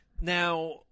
Now